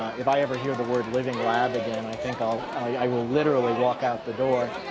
if i ever hear the word living lab again, i think i'll, i will literally walk out the door.